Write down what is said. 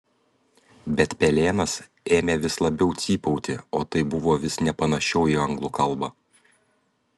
bet pelėnas ėmė vis labiau cypauti o tai buvo vis nepanašiau į anglų kalbą